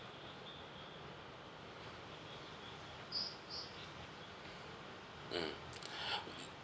mm